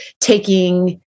taking